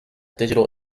digital